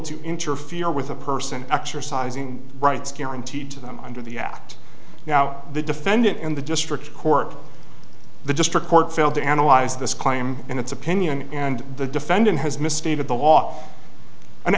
to interfere with a person exercising rights guaranteed to them under the act now the defendant in the district court the district court failed to analyze this claim in its opinion and the defendant has misstated the law an